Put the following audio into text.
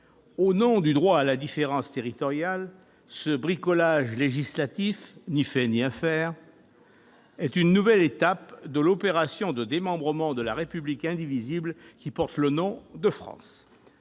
au nom du droit à la différence territoriale, ce bricolage législatif, ni fait ni à faire, est une nouvelle étape de l'opération de démembrement de la République indivisible qui porte le nom de France.